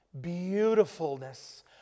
beautifulness